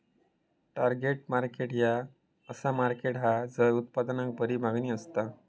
target market ह्या असा market हा झय उत्पादनाक बरी मागणी असता